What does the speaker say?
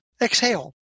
exhale